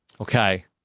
Okay